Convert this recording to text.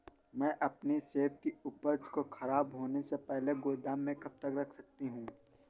मैं अपनी सेब की उपज को ख़राब होने से पहले गोदाम में कब तक रख सकती हूँ?